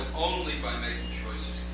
only by making choices